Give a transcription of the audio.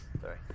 Sorry